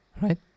Right